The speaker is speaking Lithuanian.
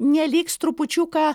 neliks trupučiuką